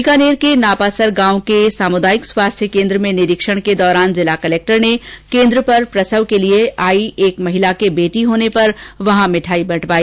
बीकानेर के नापासर गांव के सामुदायिक स्वास्थ्य केन्द्र में निरीक्षण के दौरान जिला कलेक्टर ने केन्द्र पर प्रसव के लिए आई महिला के बेटी होने पर वहां मिठाई बंटवाई